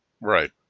Right